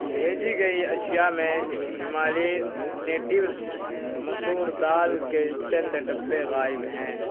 بھیجی گئی اشیاء میں ہمالین نیٹوز مسور دال کے چند ڈبے غائب ہیں